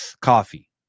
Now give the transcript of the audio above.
Coffee